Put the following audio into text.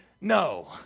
No